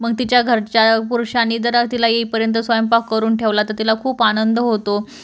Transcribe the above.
मग तिच्या घरच्या पुरुषांनी जरा तिला येईपर्यंत स्वयंपाक करून ठेवला तर तिला खूप आनंद होतो